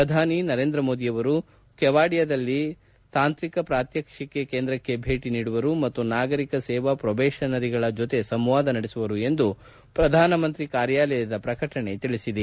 ಪ್ರಧಾನಿ ನರೇಂದ್ರ ಮೋದಿ ಅವರು ಕೆವಾಡಿಯಾದಲ್ಲಿ ತಾಂತ್ರಿಕ ಪ್ರಾತ್ಮಕ್ಷಿಕೆ ಕೇಂದ್ರಕ್ನೆ ಭೇಟಿ ನೀಡುವರು ಮತ್ತು ನಾಗರಿಕ ಸೇವಾ ಪ್ರೊಬೇಷನರಿಗಳ ಜೊತೆ ಸಂವಾದ ನಡೆಸುವರು ಎಂದು ಪ್ರಧಾನಮಂತ್ರಿಗಳ ಕಾರ್ಯಾಲಯದ ಪ್ರಕಟಣೆ ತಿಳಿಸಿದೆ